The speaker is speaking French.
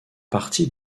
partie